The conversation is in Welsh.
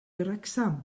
wrecsam